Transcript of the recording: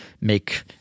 make